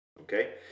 okay